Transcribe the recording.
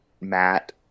Matt